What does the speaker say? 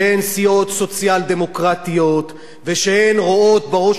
שהן סיעות סוציאל-דמוקרטיות ורואות בראש